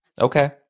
Okay